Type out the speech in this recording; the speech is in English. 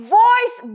voice